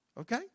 Okay